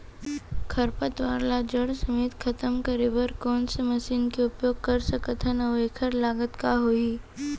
खरपतवार ला जड़ समेत खतम करे बर कोन से मशीन के उपयोग कर सकत हन अऊ एखर लागत का होही?